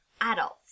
adults